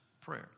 prayer